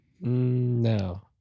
No